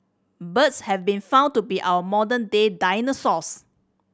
birds have been found to be our modern day dinosaurs